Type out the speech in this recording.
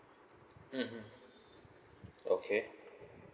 mmhmm okay